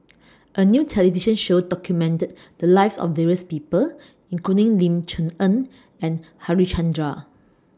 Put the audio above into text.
A New television Show documented The Lives of various People including Ling Cher Eng and Harichandra